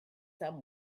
some